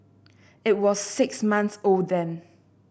it was six months old then